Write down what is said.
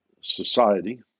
society